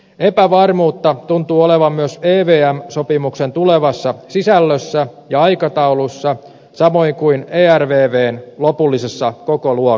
epävarmuutta tuntuu olevan myös evm sopimuksen tulevassa sisällössä ja aikataulussa samoin kuin ervvn lopullisessa kokoluokassa